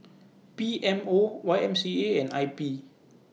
P M O Y M C A and I P